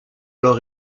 alors